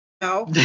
No